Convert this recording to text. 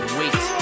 wait